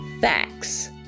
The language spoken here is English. facts